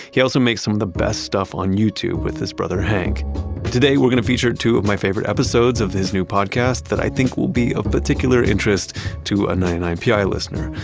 he also makes some of the best stuff on youtube with his brother, hank today, we're going to feature two of my favorite episodes of his new podcast that i think will be of particular interest to a ninety nine pi listener.